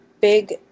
big